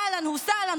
אהלן וסהלן,